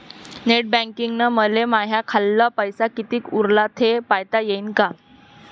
Net बँकिंगनं मले माह्या खाल्ल पैसा कितीक उरला थे पायता यीन काय?